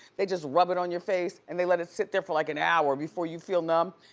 they just rub it on your face and they let it sit there for like an hour before you feel numb.